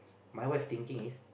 my wife thinking is